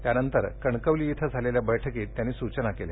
त्यानंतर कणकवली इथं झालेल्या बैठकीमध्ये त्यांनी या सूचना केल्या